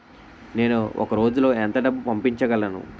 నేను ఒక రోజులో ఎంత డబ్బు పంపించగలను?